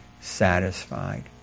satisfied